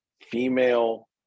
female